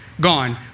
gone